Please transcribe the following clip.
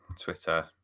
Twitter